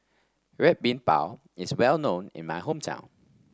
Red Bean Bao is well known in my hometown